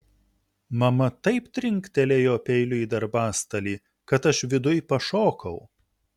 mama taip trinktelėjo peiliu į darbastalį kad aš viduj pašokau